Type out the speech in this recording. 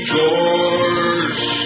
George